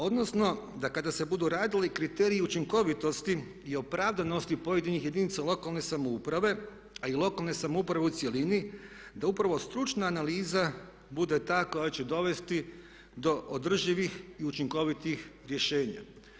Odnosno da kada se budu radili kriteriji učinkovitosti i opravdanosti pojedinih jedinica lokalne samouprave, a i lokalne samouprave u cjelini, da upravo stručna analiza bude ta koja će dovesti do održivih i učinkovitih rješenja.